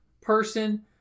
person